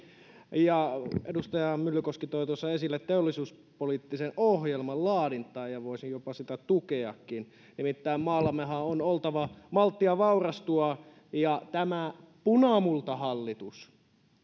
edustaja myllykoski toi tuossa esille teollisuuspoliittisen ohjelman laadintaa ja voisin jopa sitä tukeakin nimittäin maallammehan on oltava malttia vaurastua ja tämä punamultahallitus